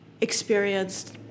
experienced